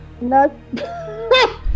No